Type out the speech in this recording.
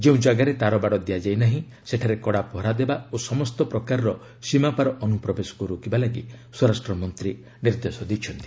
ଯେଉଁ ଯାଗାରେ ତାରବାଡ଼ ଦିଆଯାଇ ନାହିଁ ସେଠାରେ କଡ଼ା ପହରାଦେବା ଓ ସମସ୍ତ ପ୍ରକାରର ସୀମାପାର ଅନୁପ୍ରବେଶକୁ ରୋକିବା ଲାଗି ସ୍ୱରାଷ୍ଟ୍ର ମନ୍ତ୍ରୀ ନିର୍ଦ୍ଦେଶ ଦେଇଛନ୍ତି